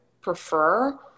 prefer